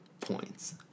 points